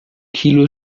kilo